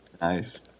Nice